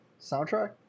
soundtrack